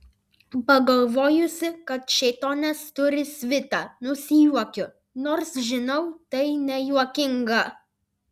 pagalvojusi kad šėtonas turi svitą nusijuokiu nors žinau tai nejuokinga